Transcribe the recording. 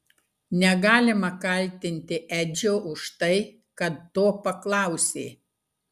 negalima kaltinti edžio už tai kad to paklausė